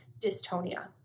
dystonia